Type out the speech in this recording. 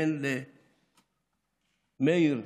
בן למאיר,